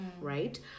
right